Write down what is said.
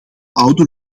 oude